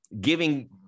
giving